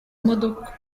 imodoka